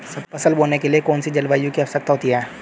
फसल बोने के लिए कौन सी जलवायु की आवश्यकता होती है?